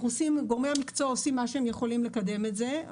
גורמי המקצוע עושים מה שהם יכולים כדי לקדם את זה.